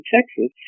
Texas